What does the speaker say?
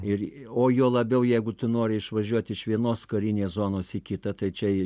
ir o juo labiau jeigu tu nori išvažiuoti iš vienos karinės zonos į kitą tai čia